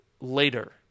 later